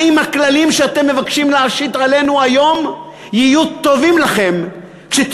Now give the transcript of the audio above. האם הכללים שאתם מבקשים להשית עלינו היום יהיו טובים באופוזיציה,